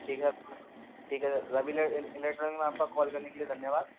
जी sir ठीक है sir Ravi electronic में आपका कॉल करने के लिए धन्यवाद